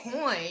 coin